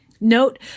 Note